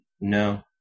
No